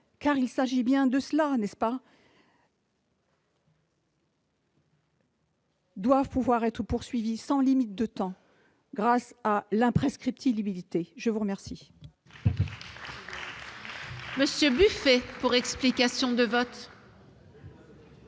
il s'agit bien de cela, n'est-ce pas ? -doivent pouvoir être poursuivis sans limite de temps grâce à l'imprescriptibilité. La parole